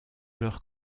leur